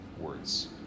words